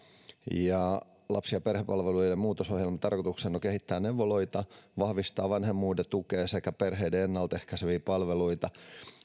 ja lapsi ja perhepalveluiden muutosohjelman tarkoituksena on kehittää neuvoloita ja vahvistaa vanhemmuuden tukea sekä perheiden ennaltaehkäiseviä palveluita nämä